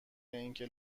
اینکه